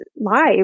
live